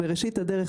עלית.